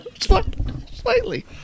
slightly